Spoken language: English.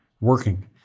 working